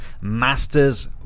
masters